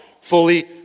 fully